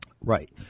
right